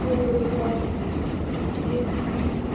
bulldozer JCB